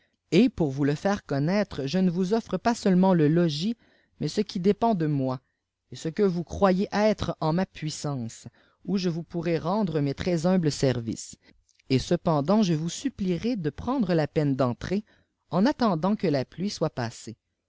et pour vous le faire connaître je ne vous offre wis seulement le logis mais ce qui dépend de moi et te que vous croyez être en ma puissance où je vous pourrai rendre mes très humbles services et cependant je vous supplierai de prendre la peine d'entrer en attendant que la pluie soit passée